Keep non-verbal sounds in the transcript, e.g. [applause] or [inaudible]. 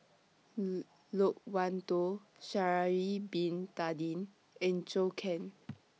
[noise] Loke Wan Tho Sha'Ari Bin Tadin and Zhou Can